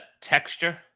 texture